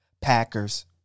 Packers